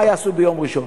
אמרת: מה יעשו ביום ראשון?